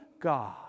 God